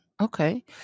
Okay